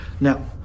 Now